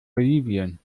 bolivien